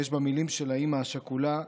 ויש במילים של האימא השכולה,